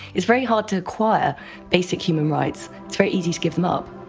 it's very hard to acquire basic human rights it's very easy to give them up.